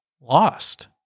lost